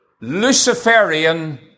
Luciferian